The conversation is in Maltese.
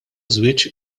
żwieġ